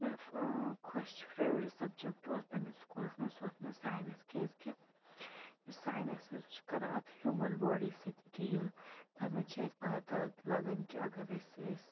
مےٚ ٲں خۄش چھُ فیورِٹ سَبجَکٹہٕ اوٗس پننِس سکوٗلَس منٛز سُہ اوٗس مےٚ ساینَس کیازِکہِ یُس ساینَس یُس چھُ سُہ چھُ کَران اَتھ ہیوٗمَن باڈی سۭتۍ ڈیٖل تَتھ منٛز چھِ اسہِ پَتہ لَگَان کہِ اگر أسۍ أسۍ